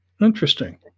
Interesting